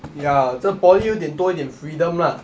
ya 这 poly 有一点多一点 freedom lah